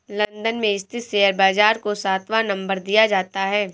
London में स्थित share बाजार को सातवां नम्बर दिया जाता है